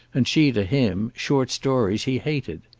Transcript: and she to him, short stories he hated.